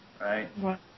right